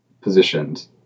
positioned